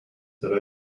yra